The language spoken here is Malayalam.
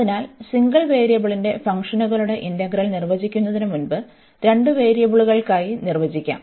അതിനാൽ സിംഗിൾ വേരിയബിളിന്റെ ഫംഗ്ഷനുകളുടെ ഇന്റഗ്രൽ നിർവചിക്കുന്നതിന് മുമ്പ് രണ്ട് വേരിയബിളുകൾക്കായി നിർവചിക്കാo